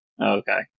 Okay